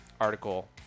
article